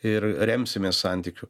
ir remsimės santykiu